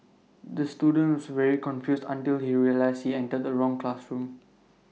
the student was very confused until he realised he entered the wrong classroom